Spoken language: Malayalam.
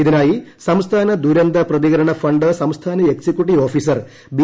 ഇതിനായി സംസ്ഥാന ദുരന്ത പ്രതികരണ ഫണ്ട് സംസ്ഥാന എക്സിക്യുട്ടീവ് ഓഫീസർ ബി